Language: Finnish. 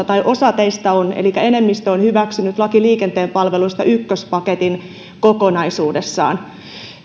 tai osa teistä elikkä enemmistö on hyväksynyt lain liikenteen palveluista ykköspaketin kokonaisuudessaan